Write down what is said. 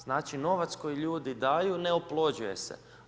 Znači novac koji ljudi daju, ne oplođuje se.